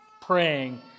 praying